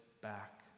back